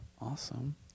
awesome